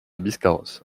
biscarrosse